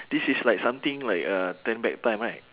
this is like something like uh turn back time right